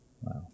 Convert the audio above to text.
Wow